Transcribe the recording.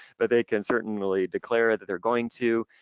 but they can certainly declare that they're going to,